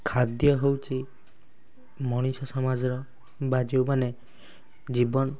ଖାଦ୍ୟ ହେଉଛି ମଣିଷ ସମାଜର ବା ଯେଉଁମାନେ ଜୀବନ